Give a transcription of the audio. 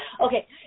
Okay